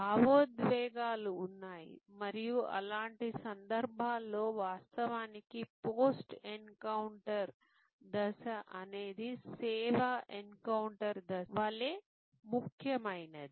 భావోద్వేగాలు ఉన్నాయి మరియు అలాంటి సందర్భాల్లో వాస్తవానికి పోస్ట్ ఎన్కౌంటర్ దశ అనేది సేవ ఎన్కౌంటర్ దశ వలె ముఖ్యమైనది